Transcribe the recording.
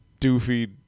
doofy